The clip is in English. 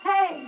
Hey